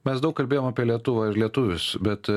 mes daug kalbėjom apie lietuvą ir lietuvius bet